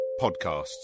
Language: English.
podcasts